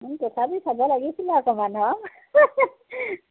তথাপি চাব লাগিছিলে অকণমান আ